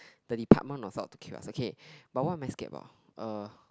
the department of not to kill us okay what am I scared about uh